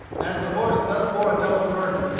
as the horse thus bore a double burden,